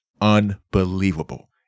unbelievable